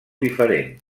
diferent